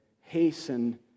hasten